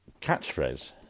Catchphrase